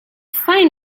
fine